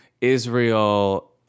Israel